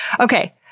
Okay